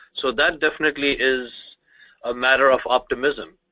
so that definitely is a matter of optimism.